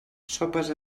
sopes